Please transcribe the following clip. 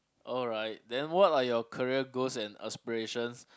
alright then what are your career goals and aspiration